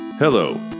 Hello